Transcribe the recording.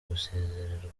gusezererwa